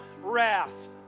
wrath